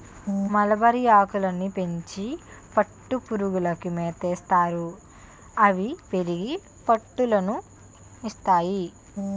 మలబరిఆకులని పెంచి పట్టుపురుగులకి మేతయేస్తారు అవి పెరిగి పట్టునూలు ని ఇస్తాయి